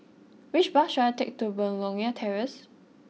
which bus should I take to Begonia Terrace